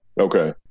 Okay